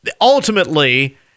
ultimately